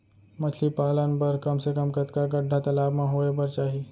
मछली पालन बर कम से कम कतका गड्डा तालाब म होये बर चाही?